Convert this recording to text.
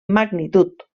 magnitud